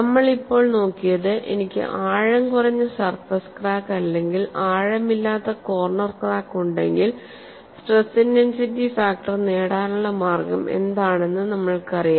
നമ്മൾ ഇപ്പോൾ നോക്കിയത് എനിക്ക് ആഴം കുറഞ്ഞ സർഫസ് ക്രാക്ക് അല്ലെങ്കിൽ ആഴമില്ലാത്ത കോർണർ ക്രാക്ക് ഉണ്ടെങ്കിൽ സ്ട്രെസ് ഇന്റൻസിറ്റി ഫാക്ടർ നേടാനുള്ള മാർഗം എന്താണെന്ന് നമ്മൾക്കറിയാം